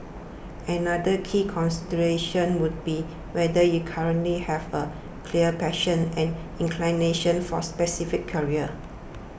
another key consideration would be whether you currently have a clear passion and inclination for specific careers